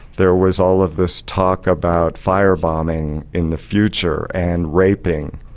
there was all of this talk about fire-bombing in the future and raping.